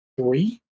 three